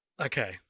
okay